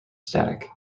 static